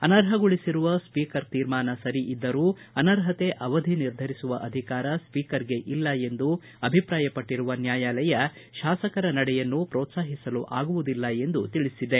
ಅನರ್ಹಗೊಳಿಸಿರುವ speaker ತೀರ್ಮಾನ ಸರಿ ಇದ್ದರೂ ಅನರ್ಹತೆ ಅವಧಿ ನಿರ್ಧರಿಸುವ ಅಧಿಕಾರ ಸ್ವೀಕರ್ಗೆ ಇಲ್ಲ ಎಂದು ಅಭಿಪ್ರಾಯಪಟ್ಟರುವ ನ್ಯಾಯಾಲಯ ಶಾಸಕರ ನಡೆಯನ್ನು ಪೋತ್ಲಾಹಿಸಲು ಆಗುವುದಿಲ್ಲ ಎಂದು ತಿಳಿಸಿದೆ